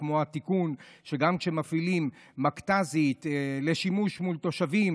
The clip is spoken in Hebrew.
כמו התיקון שגם כשמפעילים מכת"זית לשימוש מול תושבים,